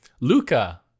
luca